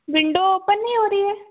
window open नहीं हो रही है